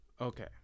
okay